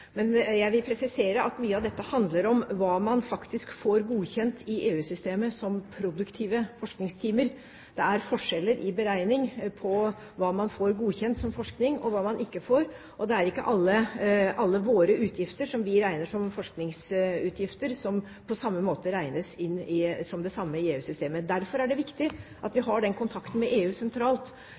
Men jeg vil presisere at mye av dette handler om hva man faktisk får godkjent i EU-systemet som produktive forskningstimer. Det er forskjeller i beregning på hva man får godkjent som forskning, og hva man ikke får. Det er ikke alle våre utgifter som vi regner som forskningsutgifter, som regnes inn som det samme i EU-systemet. Derfor er det viktig at vi har den kontakten med EU sentralt,